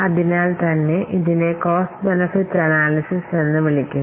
അതിനാൽത്തന്നെ ഇതിനെ cost benefit analysis എന്ന് വിളിക്കുന്നു